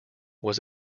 was